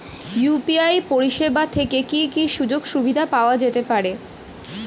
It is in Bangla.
ইউ.পি.আই পরিষেবা থেকে কি কি সুযোগ সুবিধা পাওয়া যেতে পারে?